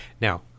Now